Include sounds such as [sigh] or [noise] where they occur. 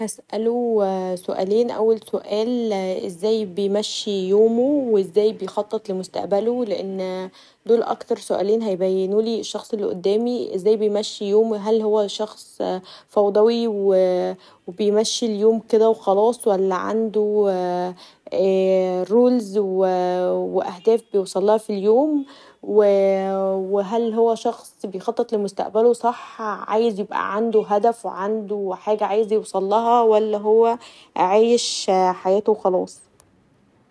هسأله سؤالين الاول ازاي بيمشي يومه و ازاي بيخطط لمستقبله لان دول اكتر سؤالين هيبينولي الشخص اللي قدامي ازاي بيمشي يومه هل هو شخص فوضوي و بيمشي اليوم كدا و خلاص و لا ولا عنده رولز واهداف [noise] بيوصلها في اليوم وهل هو شخص بيخطط لمستقبله صح عايز يبقي عنده [noise] هدف و عنده حاجه عايز يوصلها